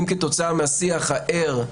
אם כתוצאה מהשיח הער,